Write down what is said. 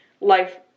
life